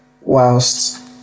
whilst